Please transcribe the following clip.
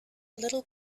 little